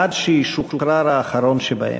עד שישוחרר האחרון שבהם.